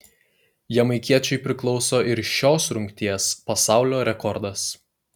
jamaikiečiui priklauso ir šios rungties pasaulio rekordas